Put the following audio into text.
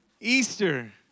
Easter